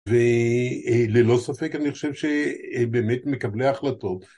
וללא ספק אני חושב שבאמת מקבלי ההחלטות